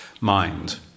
mind